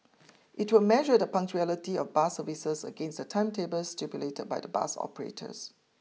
it will measure the punctuality of bus services against the timetables stipulated by the bus operators